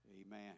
Amen